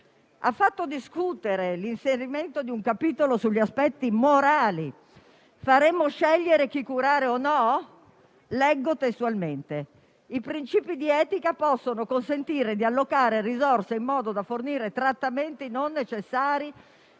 Ha fatto discutere l'inserimento di un capitolo sugli aspetti morali: faremo scegliere chi curare o meno? Leggo testualmente: i principi di etica possono consentire di allocare risorse in modo da fornire trattamenti non necessari